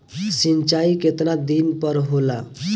सिंचाई केतना दिन पर होला?